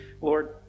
Lord